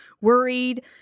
worried